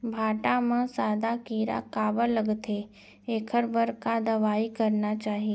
भांटा म सादा कीरा काबर लगथे एखर बर का दवई करना चाही?